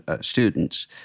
students